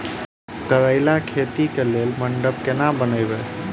करेला खेती कऽ लेल मंडप केना बनैबे?